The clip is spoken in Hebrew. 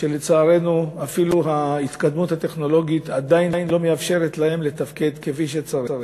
ולצערנו אפילו ההתקדמות הטכנולוגית עדיין לא מאפשרת לו לתפקד כפי שצריך.